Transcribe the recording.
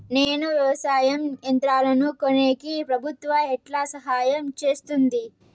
నేను వ్యవసాయం యంత్రాలను కొనేకి ప్రభుత్వ ఎట్లా సహాయం చేస్తుంది?